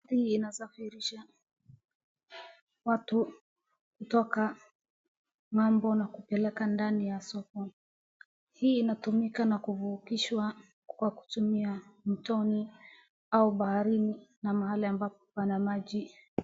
Hii inasafirisha watu kutoka ng'ambo na kupeleka ndani ya sokoni. Hii inatumika na kuvukisha kwa kutumia mtoni au baharini na mahali ambapo kuna maji.